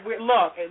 look